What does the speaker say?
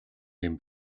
him